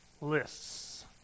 lists